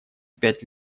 пять